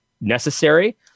necessary